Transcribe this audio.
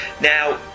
now